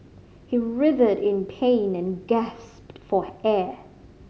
he writhed in pain and gasped for air